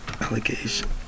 allegation